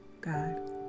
God